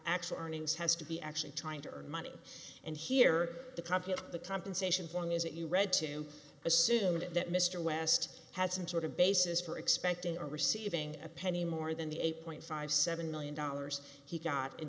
actual earnings has to be actually trying to earn money and here the copy of the compensation for news that you read to assume that mr west has some sort of basis for expecting a receiving a penny more than the eight point five seven million dollars he got in